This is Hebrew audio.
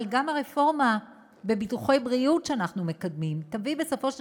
אבל גם הרפורמה בביטוחי בריאות שאנחנו מקדמים תביא בסופו של